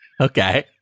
Okay